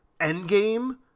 Endgame